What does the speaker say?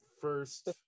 first